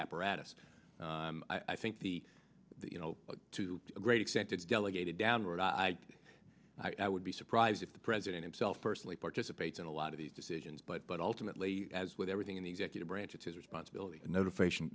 apparatus i think the you know to a great extent it's delegated down i would be surprised if the president himself personally participates in a lot of these decisions but but ultimately as with everything in the executive branch it's his responsibility notification